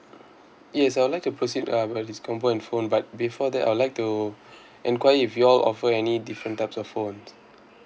yes I would like to proceed uh buy this combo and phone but before that I'd like to enquire if you all offer any different types of phones